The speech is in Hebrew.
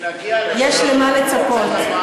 כשנגיע לשם, יש למה לצפות.